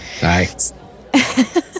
Hi